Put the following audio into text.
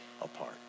apart